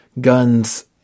guns